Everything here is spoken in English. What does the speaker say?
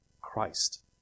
Christ